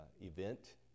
event